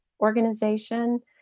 organization